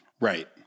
Right